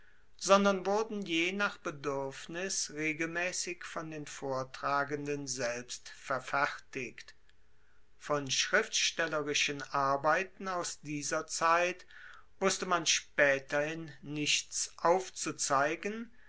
sondern wurden je nach beduerfnis regelmaessig von den vortragenden selbst verfertigt von schriftstellerischen arbeiten aus dieser zeit wusste man spaeterhin nichts aufzuzeigen